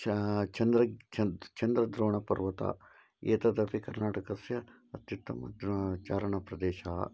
च चन्द्रः चन्द्रद्रोणपर्वतः एतदपि कर्णाटकस्य अत्युत्तमः चारणप्रदेशः